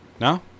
No